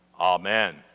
Amen